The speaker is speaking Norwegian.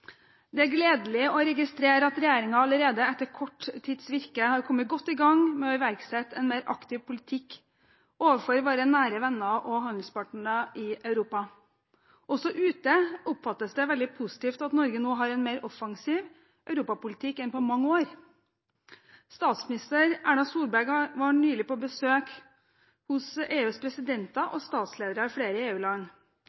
Det er gledelig å registrere at regjeringen allerede etter kort tids virke har kommet godt i gang med å iverksette en mer aktiv politikk overfor våre nære venner og handelspartnere i Europa. Også ute oppfattes det veldig positivt at Norge nå har en mer offensiv europapolitikk enn på mange år. Statsminister Erna Solberg var nylig på besøk hos EUs presidenter